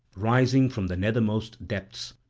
rising from the nethermost depths.